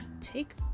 take